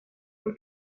for